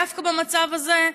דווקא במצב הזה,